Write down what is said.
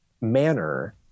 manner